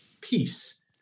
peace